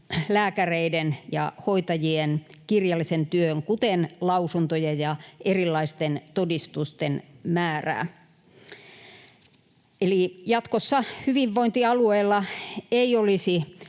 lääkäreiden ja hoitajien kirjallisen työn, kuten lausuntojen ja erilaisten todistusten, määrää. Eli jatkossa hyvinvointialueilla ei olisi